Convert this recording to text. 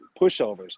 pushovers